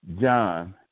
John